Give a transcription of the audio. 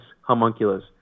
homunculus